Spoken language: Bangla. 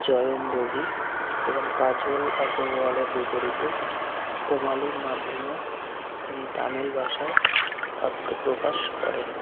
জয়ম রবি এবং কাজল আগরওয়ালের বিপরীতে কোমালির মাধ্যমে তিনি তামিল ভাষায় আত্মপ্রকাশ করেন